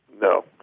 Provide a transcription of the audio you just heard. No